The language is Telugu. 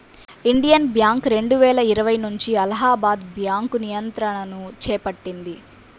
ఇండియన్ బ్యాంక్ రెండువేల ఇరవై నుంచి అలహాబాద్ బ్యాంకు నియంత్రణను చేపట్టింది